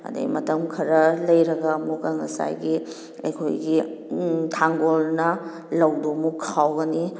ꯑꯗꯨꯗꯩ ꯃꯇꯝ ꯈꯔ ꯂꯩꯔꯒ ꯑꯃꯨꯛꯀ ꯉꯁꯥꯏꯒꯤ ꯑꯩꯈꯣꯏꯒꯤ ꯊꯥꯡꯒꯣꯜꯅ ꯂꯧꯗꯨ ꯑꯃꯨꯛ ꯈꯥꯎꯒꯅꯤ